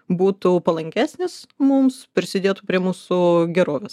būtų palankesnis mums prisidėtų prie mūsų gerovės